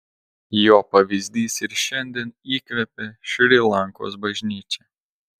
jo pavyzdys ir šiandien įkvepia šri lankos bažnyčią